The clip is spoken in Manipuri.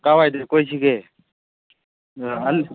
ꯀꯥꯏꯋꯥꯏꯗ ꯀꯣꯏꯁꯤꯒꯦ ꯑꯜ